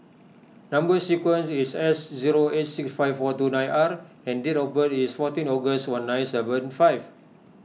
Number Sequence is S zero eight six five four two nine R and date of birth is fourteen August one nine seven five